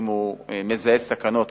הוא מזהה סכנות.